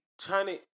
China